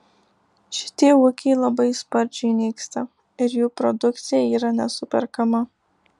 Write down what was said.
šitie ūkiai labai sparčiai nyksta ir jų produkcija yra nesuperkama